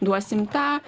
duosim tą